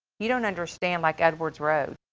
you don't understand like edwards road.